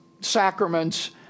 sacraments